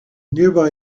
nearby